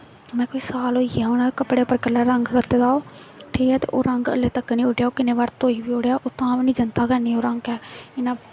में कोई साल होई गेआ होना कपड़ें पर रंग कीते दा ठीक ऐ ते ओह् रंग हालें तक निं उड्डेआ ओह् किन्ने बार धोई बी ओड़ेआ तां बी जंदा गै निं रंग ऐ